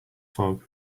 fog